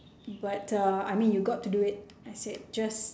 but uh I mean you got to do it I said just